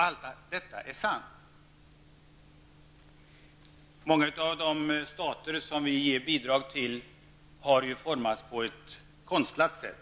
Allt detta är sant. Många av de stater som vi ger bidrag till har formats på ett konstlat sätt,